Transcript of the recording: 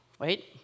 Wait